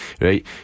right